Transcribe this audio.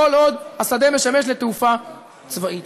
כל עוד השדה משמש לתעופה צבאית.